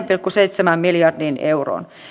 pilkku seitsemään miljardiin euroon